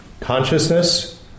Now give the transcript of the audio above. consciousness